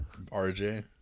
RJ